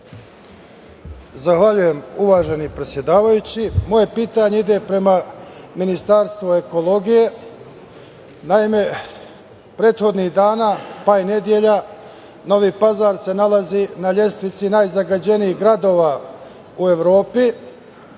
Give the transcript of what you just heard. Zahvaljujem, uvaženi predsedavajući. Moje pitanje ide prema Ministarstvu ekologije. Naime, prethodnih dana, pa i nedelja, Novi Pazar se nalazi na lestvici najzagađenijih gradova u Evropi.